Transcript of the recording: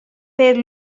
pér